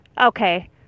Okay